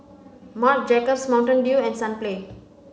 Marc Jacobs Mountain Dew and Sunplay